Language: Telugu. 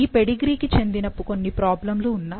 ఈ పెడిగ్రీకి చెందిన కొన్ని ప్రాబ్లమ్లు ఉన్నాయి